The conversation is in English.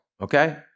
okay